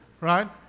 Right